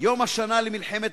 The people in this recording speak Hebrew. אנשים שבהגדרה שלנו הם מלח הארץ,